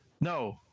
no